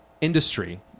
industry